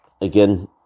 again